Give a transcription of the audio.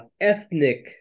ethnic